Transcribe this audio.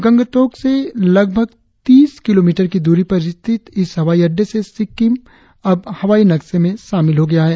गंगतोक से लगभग तीस किलोमीटर की दूरी पर स्थित इस हवाई अड़डे से सिक्किम अब हवाई नक्शे में शामिल हो गया है